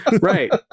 Right